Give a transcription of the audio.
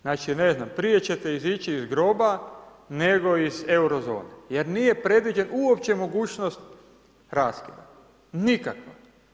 Znači ne znam prije ćete izići iz groba nego iz eurozone, jer nije predviđen uopće mogućnost raskida, nikakav.